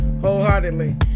wholeheartedly